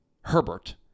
Herbert